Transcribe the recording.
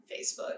facebook